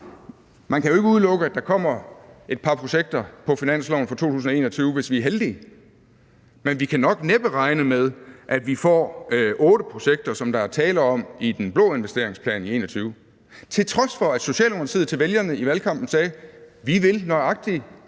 Man kan jo ikke udelukke, at der kommer et par projekter på finansloven for 2021, hvis vi er heldige, men vi kan næppe regne med, at vi får otte projekter, som der er tale om i den blå investeringsplan i 2021, til trods for at Socialdemokratiet til vælgerne i valgkampen sagde: Vi vil nøjagtig